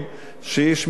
שישמרו עליו,